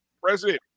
president